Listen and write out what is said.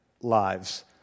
lives